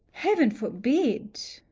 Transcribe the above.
heaven forbid!